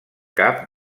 cap